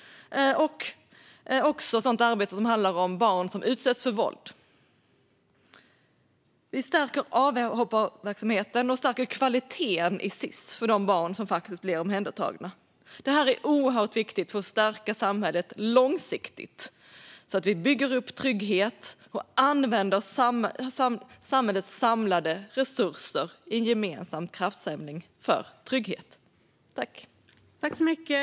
Det handlar också om arbetet med barn som utsätts för våld. Vi stärker avhopparverksamheten och kvaliteten i Sis för de barn som blir omhändertagna. Detta är oerhört viktigt för att stärka samhället långsiktigt så att vi bygger upp trygghet och använder samhällets samlade resurser i en gemensam kraftsamling för trygghet.